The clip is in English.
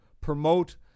promote